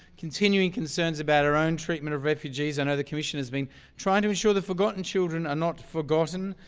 continuing concerns about our own treatment of refugees and other commissioners i mean trying to ensure that forgotten children are not forgotten.